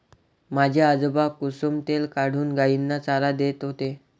माझे आजोबा कुसुम तेल काढून गायींना चारा देत होते